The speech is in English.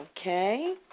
Okay